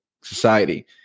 society